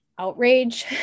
Outrage